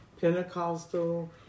Pentecostal